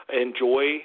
enjoy